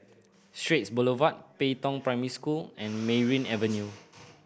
Straits Boulevard Pei Tong Primary School and Merryn Avenue